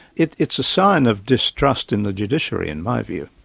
it's it's a sign of distrust in the judiciary, in my view.